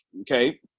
okay